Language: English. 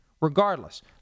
Regardless